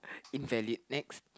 invalid next